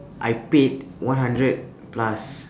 I paid one hundred plus